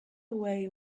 away